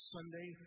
Sunday